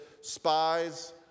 spies